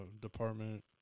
department